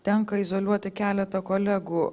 tenka izoliuoti keletą kolegų